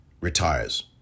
retires